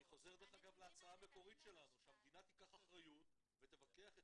אני חוזר להצעה המקורית שלנו שהמדינה תיקח אחריות ותבטח את